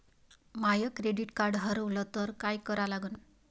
माय credit card हारवलं तर काय करा लागन?